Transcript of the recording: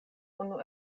unu